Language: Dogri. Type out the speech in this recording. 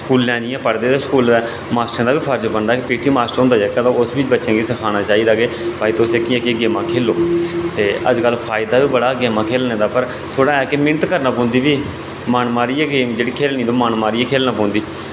स्कूलें जाइयै पढ़दे ते स्कूलें दे मास्टर दा बी फर्ज बनदा पीटी मास्टर होंदा जेह्का उस बी सखाना चाहिदा की भाई तुस एह् एह् गेम्मां खेलो ते अज्जकल फायदा बी बड़ा गेम्मां खेल्लने दा पर थोह्ड़ा ऐ कि मैह्नत करना पौंदी फ्ही मन मारियै गेम जेह्ड़ी खेल्लनी ओह् मन मारियै गै खेल्लना पौंदी